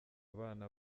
abana